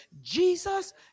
Jesus